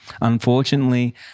Unfortunately